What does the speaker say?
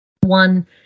One